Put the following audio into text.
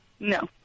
No